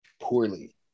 poorly